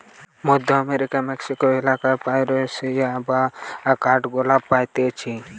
মধ্য আমেরিকার মেক্সিকো এলাকায় প্ল্যামেরিয়া বা কাঠগোলাপ পাইতিছে